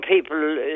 people